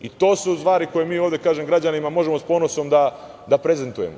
I to su stvari koje mi ovde građanima možemo sa ponosom da prezentujemo.